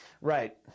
Right